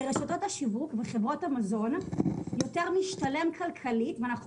לרשתות השיווק וחברות המזון יותר משתלם כלכלית ואנחנו